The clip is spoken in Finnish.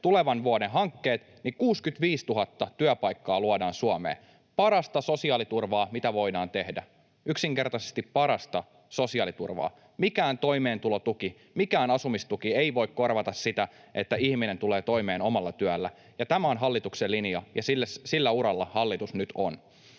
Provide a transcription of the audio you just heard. tulevan vuoden hankkeet, 65 000 työpaikkaa luodaan Suomeen — parasta sosiaaliturvaa, mitä voidaan tehdä, yksinkertaisesti parasta sosiaaliturvaa. Mikään toimeentulotuki, mikään asumistuki ei voi korvata sitä, että ihminen tulee toimeen omalla työllä, ja tämä on hallituksen linja, ja sillä uralla hallitus nyt on.